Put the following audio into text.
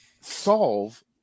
solve